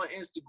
instagram